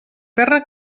terra